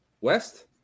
West